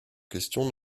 question